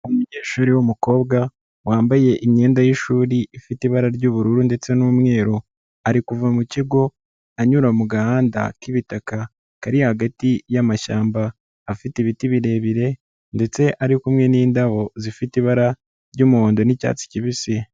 Umunyeshuri w'umukobwa wambaye imyenda y'ishuri ifite ibara ry'ubururu ndetse n'umweru, ari kuva mu kigo anyura mu gahanda k'ibitaka kari hagati y'amashyamba afite ibiti birebire ndetse ari kumwe n'indabo zifite ibara ry'umuhondo n'icyatsi kibisi.